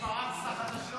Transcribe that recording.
מירב, זה פרץ לחדשות.